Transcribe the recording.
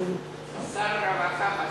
דווקא בנושא הזה הייתי שמח שזה יועבר לדיון בוועדה,